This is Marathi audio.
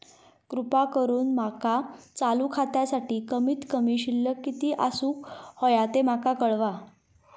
कृपा करून माका चालू खात्यासाठी कमित कमी शिल्लक किती असूक होया ते माका कळवा